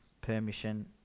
permission